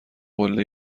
قله